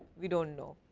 we do not know.